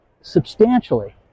substantially